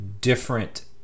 different